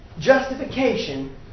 justification